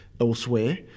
Elsewhere